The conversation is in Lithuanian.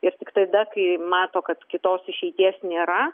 ir tik tada kai mato kad kitos išeities nėra